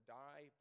die